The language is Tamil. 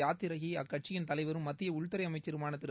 யாத்திரையை அக்கட்சியின் தலைவரும் மத்திய உள்துறை அமைச்சருமான திரு